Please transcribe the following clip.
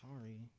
Sorry